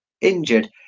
injured